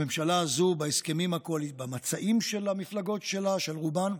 הממשלה הזו, במצעים של המפלגות שלה, של רובן,